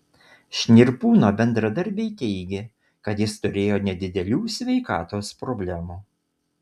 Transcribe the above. šnirpūno bendradarbiai teigė kad jis turėjo nedidelių sveikatos problemų